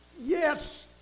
Yes